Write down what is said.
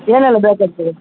ಏನೆಲ್ಲ ಬೇಕಾಗ್ತದೆ